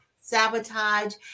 sabotage